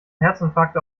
herzinfarkte